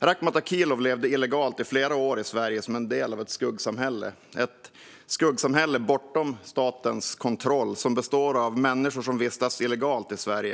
Rakhmat Akilov levde illegalt i flera år i Sverige som en del av ett skuggsamhälle. Det är ett skuggsamhälle bortom statens kontroll, som består av människor som vistas illegalt i Sverige.